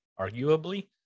arguably